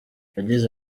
yagize